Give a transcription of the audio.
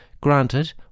Granted